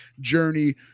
journey